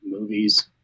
movies